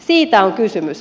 siitä on kysymys